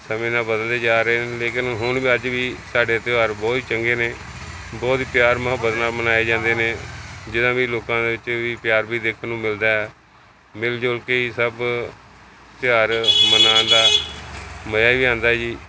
ਸਮੇਂ ਦੇ ਨਾਲ ਬਦਲਦੇ ਜਾ ਰਹੇ ਨੇ ਲੇਕਿਨ ਹੁਣ ਵੀ ਅੱਜ ਵੀ ਸਾਡੇ ਤਿਉਹਾਰ ਬਹੁਤ ਚੰਗੇ ਨੇ ਬਹੁਤ ਹੀ ਪਿਆਰ ਮੁਹੱਬਤ ਨਾਲ ਮਨਾਏ ਜਾਂਦੇ ਨੇ ਜਿਹਦੇ ਨਾਲ ਵੀ ਲੋਕਾਂ ਦੇ ਵਿੱਚ ਵੀ ਪਿਆਰ ਵੀ ਦੇਖਣ ਨੂੰ ਮਿਲਦਾ ਹੈ ਮਿਲ ਜੁਲ ਕੇ ਹੀ ਸਭ ਤਿਉਹਾਰ ਮਨਾਉਣ ਦਾ ਮਜ਼ਾ ਵੀ ਆਉਂਦਾ ਜੀ